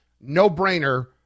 no-brainer